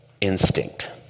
instinct